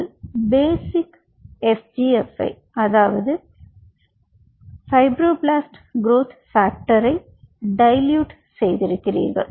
நீங்கள் பேசிக் FGFஐ டைலுயூட் செய்திருக்கிறீர்கள்